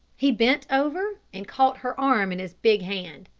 he bent over, and caught her arm in his big hand.